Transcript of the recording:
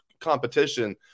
competition